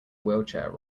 wheelchair